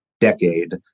decade